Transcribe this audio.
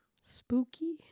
Spooky